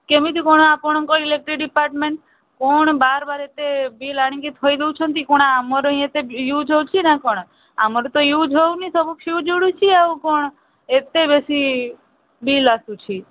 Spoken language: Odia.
କେମିତି କ'ଣ ଆପଣଙ୍କ ଇଲେକ୍ଟ୍ରି ଡିପାର୍ଟମେଣ୍ଟ୍ କ'ଣ ବାର ବାର ଏତେ ବିଲ୍ ଆଣିକି ଥୋଇ ଦେଉଛନ୍ତି କ'ଣ ଆମର ଇଏ ଏତେ ଇଉଜ୍ ହେଉଛି ନା କ'ଣ ଆମର ତ ଇଉଜ୍ ହଉନି ସବୁ ଫିଉଜ୍ ଉଡ଼ୁଛି ଆଉ କ'ଣ ଏତେ ବେଶୀ ବିଲ୍ ଆସୁଛି